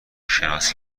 شناسی